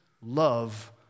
love